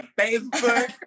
Facebook